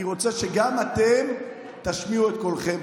אני רוצה שגם אתם תשמיעו את קולכם.